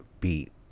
beat